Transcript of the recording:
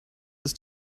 ist